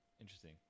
Interesting